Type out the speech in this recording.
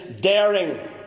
daring